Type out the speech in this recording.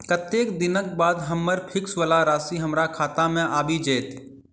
कत्तेक दिनक बाद हम्मर फिक्स वला राशि हमरा खाता मे आबि जैत?